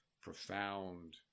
profound